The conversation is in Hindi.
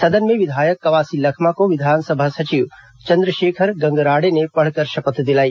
सदन में विधायक कवासी लखमा को विधानसभा सचिव चंद्रशेखर गंगराड़े ने पढ़कर शपथ दिलाई